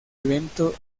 evento